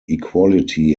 equality